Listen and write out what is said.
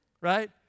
right